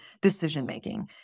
decision-making